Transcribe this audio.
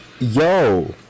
yo